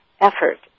effort